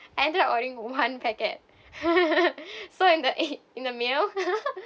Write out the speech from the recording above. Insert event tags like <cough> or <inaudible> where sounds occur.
I ended up ordering one packet <laughs> so in the in the mail <laughs>